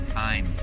time